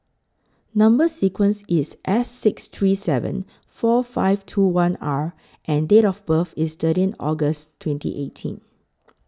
Number sequence IS S six three seven four five two one R and Date of birth IS thirteen August twenty eighteen